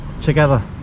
together